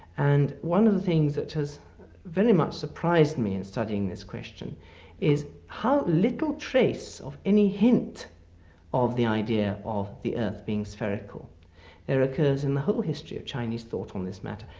and one of the things that has very much surprised me in studying this question is how little trace of any hint of the idea of the earth being spherical occurs in the whole history of chinese thought on this matter,